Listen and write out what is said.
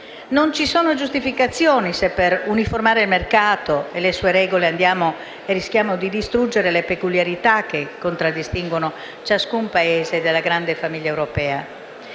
non ci sono giustificazioni se per uniformare il mercato e le sue regole rischiamo di distruggere le peculiarità che contraddistinguono ciascun Paese della grande famiglia europea.